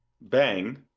bang